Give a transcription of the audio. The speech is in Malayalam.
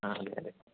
ആ അതെ അതെ